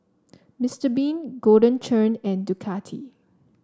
Mister Bean Golden Churn and Ducati